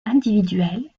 individuels